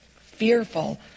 fearful